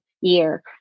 year